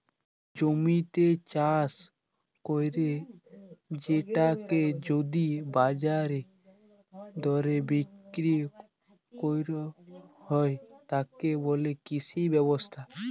জমিতে চাস কইরে সেটাকে যদি বাজারের দরে বিক্রি কইর হয়, তাকে বলে কৃষি ব্যবসা